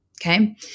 okay